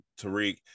Tariq